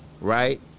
right